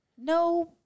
no